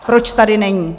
Proč tady není?